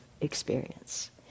Experience